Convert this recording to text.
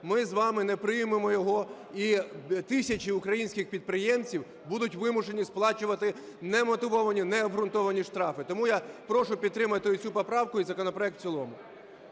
ми з вами не приймемо його, і тисячі українських підприємців будуть вимушені сплачувати немотивовані, необґрунтовані штрафи. Тому я прошу підтримати цю поправку і законопроект в цілому.